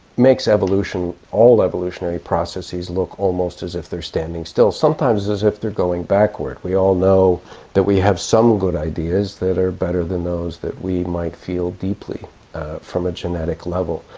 makes evolution, all evolutionary processes look almost as if they are standing still, sometimes as if they are going backward. we all know that we have some good ideas that are better than those that we might feel deeply from a genetic level.